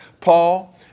Paul